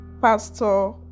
Pastor